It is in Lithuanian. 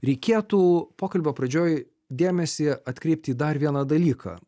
reikėtų pokalbio pradžioj dėmesį atkreipti į dar vieną dalyką